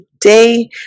today